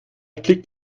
klick